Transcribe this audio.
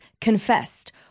confessed